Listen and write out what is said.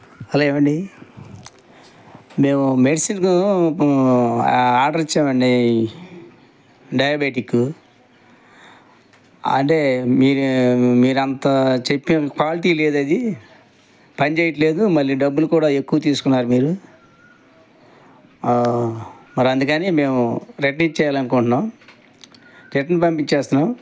hello ఏవండీ మేము మెడిసిన్కు ఆర్డర్ ఇచ్చామండి డయాబెటికు అంటే మీరు మీరంతా చెప్పిం క్వాలిటీ లేదది పని చేయటం లేదు మళ్ళీ డబ్బులు కూడా ఎక్కువ తీసుకున్నారు మీరు మరి అందుకని మేము రిటర్న్ ఇచ్చేయాలి అనుకుంటున్నాం రిటర్న్ పంపించేస్తున్నాం ం